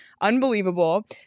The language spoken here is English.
unbelievable